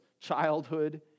childhood